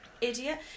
idiot